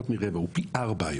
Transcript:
הוא פי ארבע היום.